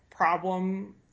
problem